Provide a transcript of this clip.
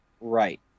Right